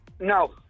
No